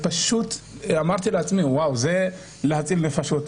ואמרתי לעצמי שזה להציל נפשות.